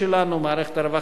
מערכת הרווחה,